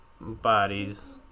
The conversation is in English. bodies